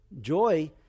Joy